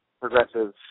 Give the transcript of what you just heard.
progressive